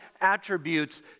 attributes